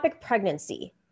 pregnancy